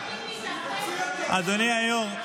תוציא אותו.